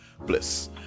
bliss